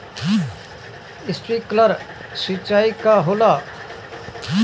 Sprinkler सिंचाई का होला?